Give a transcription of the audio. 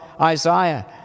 Isaiah